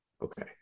Okay